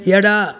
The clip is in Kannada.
ಎಡ